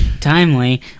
timely